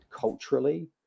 culturally